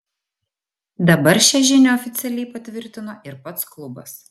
dabar šią žinią oficialiai patvirtino ir pats klubas